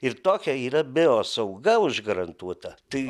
ir tokia yra biosauga užgarantuota tai